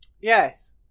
Yes